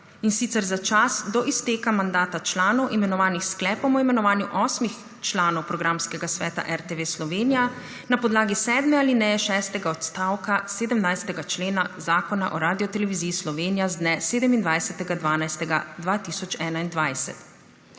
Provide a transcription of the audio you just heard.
in sicer za čas do izteka mandata članov imenovanih s sklepom o imenovanju osmih članov programskega sveta RTV Slovenija na podlagi sedme alineje šestega odstavka 17. člena Zakona o Radioteleviziji Slovenija z dne 27. 12. 2021.